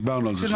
דיברנו על זה.